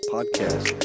Podcast